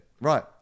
Right